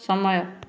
ସମୟ